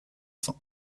fin